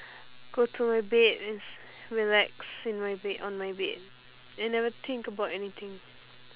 go to my bed and sl~ relax in my bed on my bed I never think about anything